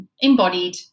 embodied